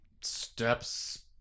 steps